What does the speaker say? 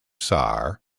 sar